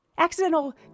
Accidental